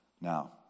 Now